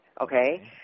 Okay